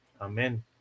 Amen